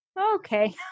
Okay